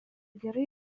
gerai